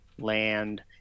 land